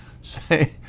say